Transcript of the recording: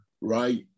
right